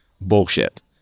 bullshit